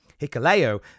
Hikaleo